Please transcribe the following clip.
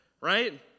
right